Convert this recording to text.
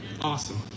Awesome